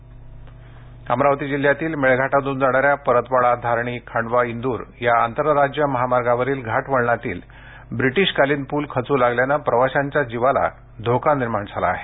अमरावती अमरावती जिल्ह्यातील मेळघाटातून जाणाऱ्या परतवाडा धारणी खंडवा इंदूर या आंतरराज्य महामार्गावरील घाट वळणातील ब्रिटिशकालीन पूल खचू लागल्याने प्रवाशांच्या जीवाला धोका निर्माण झालेला आहे